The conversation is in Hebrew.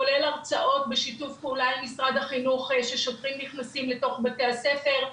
כולל הרצאות בשיתוף פעולה עם משרד החינוך שבו שוטרים נכנסים לבתי הספר,